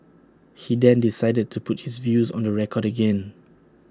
he then decided to put his views on the record again